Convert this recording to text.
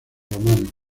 romanos